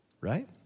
right